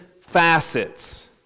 facets